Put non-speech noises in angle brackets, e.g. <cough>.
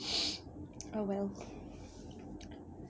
<noise> oh well